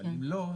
אבל אם לא,